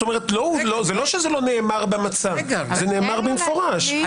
זה נאמר במפורש במצע.